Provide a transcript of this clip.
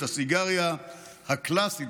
את הסיגריה הקלאסית,